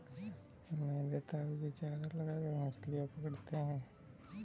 मेरे ताऊजी चारा लगाकर मछलियां पकड़ते हैं